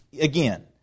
Again